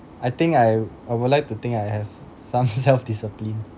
I think I I would like to think I have some self discipline